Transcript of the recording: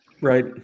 Right